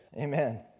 Amen